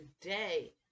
Today